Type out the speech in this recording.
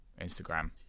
instagram